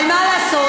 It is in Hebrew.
אבל מה לעשות,